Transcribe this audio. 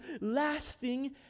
lasting